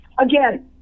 Again